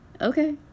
Okay